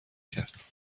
کرد